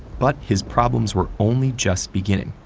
but his problems were only just beginning.